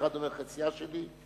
אחד אומר: חציה שלי.